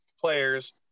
players